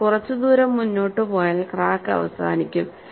എന്നാൽ കുറച്ച് ദൂരം മുന്നോട്ട് പോയാൽ ക്രാക്ക് അവസാനിക്കും